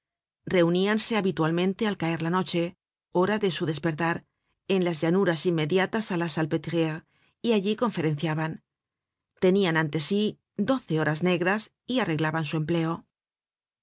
at reuníanse habitualmente al caer la noche hora de su despertar en las llanuras inmediatas á la salpétriére y allí conferenciaban tenian ante sí doce horas negras y arreglaban su empleo